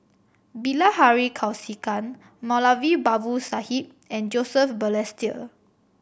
Bilahari Kausikan Moulavi Babu Sahib and Joseph Balestier